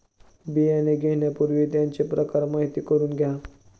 बियाणे घेण्यापूर्वी त्यांचे प्रकार माहिती करून घ्या